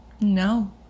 No